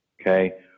Okay